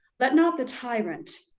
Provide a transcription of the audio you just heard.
let not the tyrant,